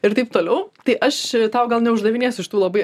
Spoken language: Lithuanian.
ir taip toliau tai aš tau gal neuždavinėsiu šitų labai